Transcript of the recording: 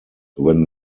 when